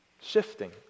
shifting